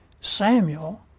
Samuel